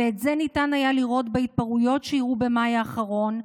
ואת זה ניתן היה לראות בהתפרעויות שאירעו במאי האחרון,